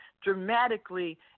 dramatically